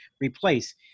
replace